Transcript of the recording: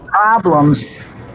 Problems